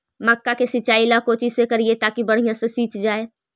मक्का के सिंचाई ला कोची से करिए ताकी बढ़िया से सींच जाय?